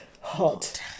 hot